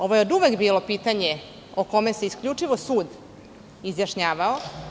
Ovo je oduvek bilo pitanje o kome se isključivo sud izjašnjavao.